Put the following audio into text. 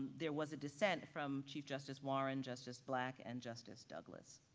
there was a dissent from chief justice warren, justice black and justice douglas.